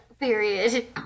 period